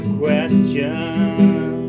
question